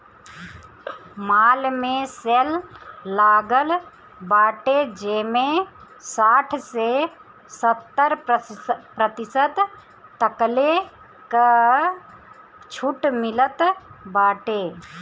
माल में सेल लागल बाटे जेमें साठ से सत्तर प्रतिशत तकले कअ छुट मिलत बाटे